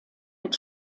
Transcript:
mit